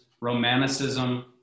romanticism